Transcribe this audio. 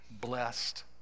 blessed